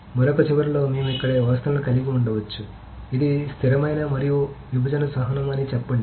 మరొక చివరలో మేము ఇక్కడ వ్యవస్థలను కలిగి ఉండవచ్చు ఇది స్థిరమైన మరియు విభజన సహనం అని చెప్పండి